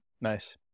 nice